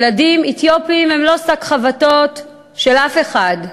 ילדים אתיופים הם לא שק חבטות של אף אחד,